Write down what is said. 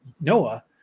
Noah